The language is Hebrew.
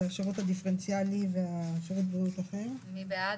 10. מי בעד?